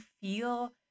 feel